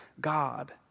God